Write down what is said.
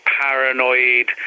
paranoid